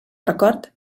record